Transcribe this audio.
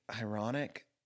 ironic